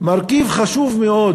מרכיב חשוב מאוד